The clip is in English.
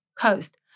coast